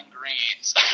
greens